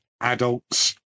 adults